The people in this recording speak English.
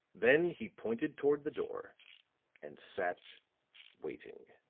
then he pointed toward the door and sat waiting.